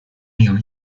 new